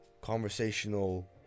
conversational